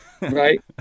Right